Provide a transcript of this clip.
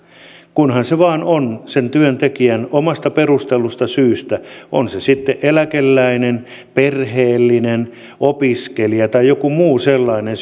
kunhan se vain on työntekijän omasta perustellusta syystä on hän sitten eläkeläinen perheellinen opiskelija tai on joku muu sellainen